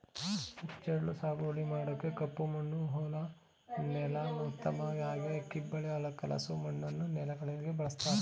ಹುಚ್ಚೆಳ್ಳು ಸಾಗುವಳಿ ಮಾಡೋಕೆ ಕಪ್ಪಮಣ್ಣು ಹೊಲ ನೆಲ ಉತ್ತಮ ಹಾಗೆ ಕಿಬ್ಬಳಿ ಕಲಸು ಮಣ್ಣು ನೆಲಗಳಲ್ಲಿ ಬೆಳೆಸಲಾಗ್ತದೆ